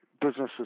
businesses